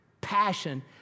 passion